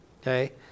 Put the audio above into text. Okay